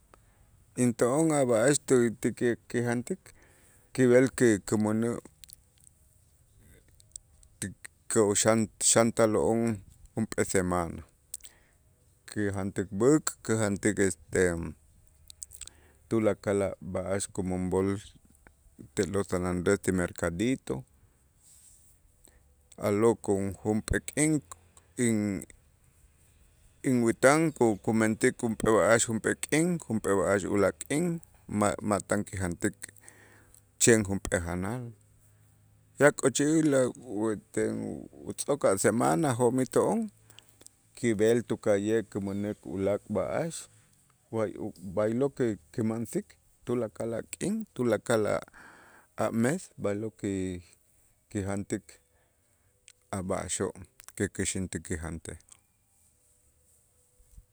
Into'on a' b'a'ax tiki kijantik kib'el ki kumänä' kuxan xantalo'on junp'ee semana, kijantik b'äk', kijantik este tulakal a' b'aax kumonb'ol te'lo' San Andrés ti mercadito, a'lo' kun junp'ee k'in in- inwätan ku- kumentik junp'ee b'a'ax, junp'ee k'in, junp'ee b'a'ax ulaak' k'in, ma' ma' tan kijantik chen junp'ee janal ya k'ochij utz'ok a' semana jo'mij to'on kib'el tuka'ye' kumänäk ulaak' b'a'ax, b'aylo' ki- kimansik tulakal a' k'in, tulakal a'-a' mes ba'ylo' ki- kijantik a' b'a'axoo' kikäxäntik kijantej.